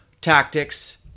tactics